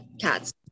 cats